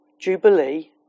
Jubilee